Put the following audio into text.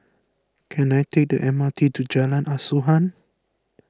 can I take the M R T to Jalan Asuhan